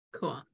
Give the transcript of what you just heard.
Cool